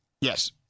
Yes